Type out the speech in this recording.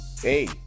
hey